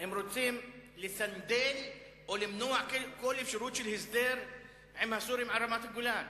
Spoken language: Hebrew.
הם רוצים לסנדל או למנוע כל אפשרות של הסדר עם הסורים על רמת-הגולן.